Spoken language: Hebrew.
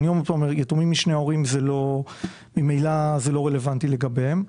יתומים משני הורים ממילא זה לא רלוונטי לגביהם.